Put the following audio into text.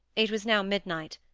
it was now midnight,